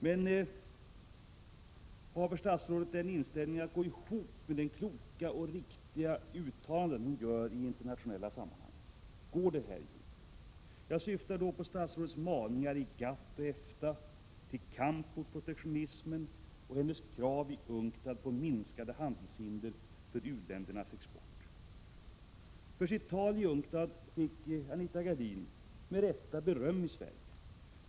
Hur går, fru statsrådet, Er inställning här ihop med de kloka och riktiga uttalanden Ni gör i internationella sammanhang? Jag syftar på statsrådets maningar i GATT och EFTA till kamp mot protektionism och Era krav i UNCTAD på minskade handelshinder för u-ländernas export. För sitt tal i UNCTAD fick Anita Gradin med rätta beröm i Sverige.